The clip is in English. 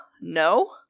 no